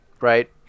right